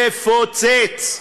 לפוצץ.